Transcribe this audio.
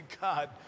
God